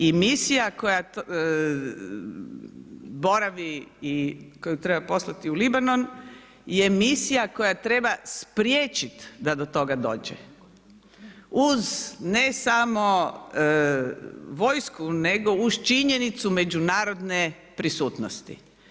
I misija koja boravi i koju treba poslati u Libanon je misija koja treba spriječiti da do toga dođe uz ne samo vojsku, nego uz činjenicu međunarodne prisutnosti.